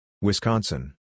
Wisconsin